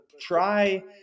try